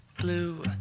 blue